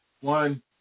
one